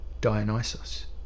Dionysus